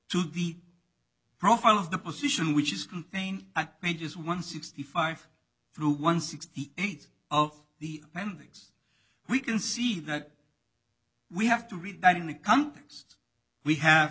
to the profile of the position which is contained i mean just one sixty five through one sixty eight of the things we can see that we have to read that in the